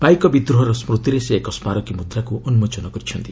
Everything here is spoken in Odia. ପାଇକବିଦ୍ରୋହର ସ୍କୁତିରେ ସେ ଏକ ସ୍କାରକୀ ମୁଦ୍ରାକୁ ଉନ୍କୋଚନ କରିଛନ୍ତି